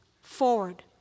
forward